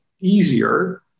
easier